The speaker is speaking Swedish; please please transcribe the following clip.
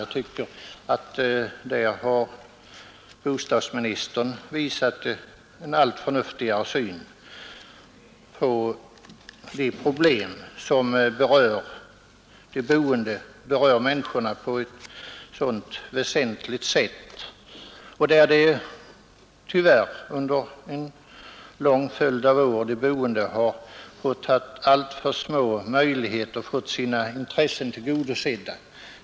Jag tycker att bostadsministern har visat en allt förnuftigare syn på dessa problem som berör människorna på ett så väsentligt sätt och där tyvärr under en lång följd av år de boende haft alltför små möjligheter att få sina intressen tillgodosedda.